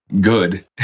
good